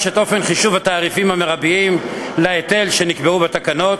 את אופן חישוב התעריפים המרביים להיטל שנקבעו בתקנות